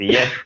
Yes